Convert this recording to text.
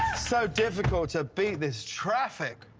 so difficult to beat this traffic.